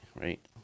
right